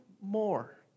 more